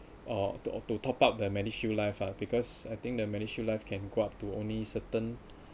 or the to top up the MediShield life ah because I think the MediShield life can go up to only certain